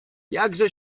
jakże